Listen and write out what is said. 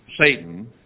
Satan